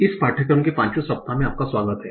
इस पाठ्यक्रम के 5 वें सप्ताह में आपका स्वागत है